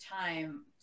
time